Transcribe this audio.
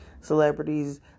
celebrities